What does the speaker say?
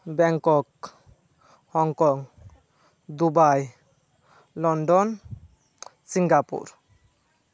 Bangkok Hong Kong Dubai London Singapore